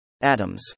Atoms